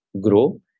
grow